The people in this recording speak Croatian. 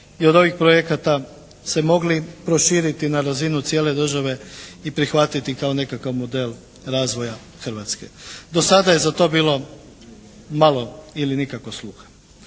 i od ovih projekata se mogli proširiti na razinu cijele države i prihvatiti kao nekakav model razvoja Hrvatske. Do sada je za to bilo malo ili nikako sluha.